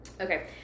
Okay